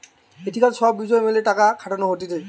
ethical সব বিষয় মেলে টাকা খাটানো হতিছে